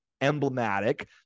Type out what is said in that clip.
emblematic